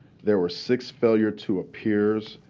there were six failure to appears,